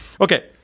Okay